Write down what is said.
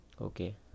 Okay